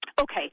Okay